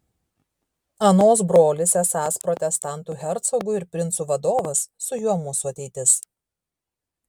anos brolis esąs protestantų hercogų ir princų vadovas su juo mūsų ateitis